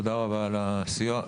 תודה רבה על הסיוע.